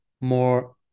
more